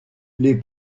les